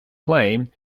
claim